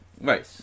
right